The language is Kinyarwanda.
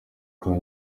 kwa